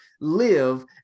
live